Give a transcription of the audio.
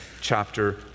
chapter